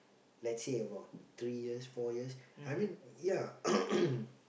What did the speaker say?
let's say about three years four years I mean yeah